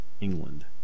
England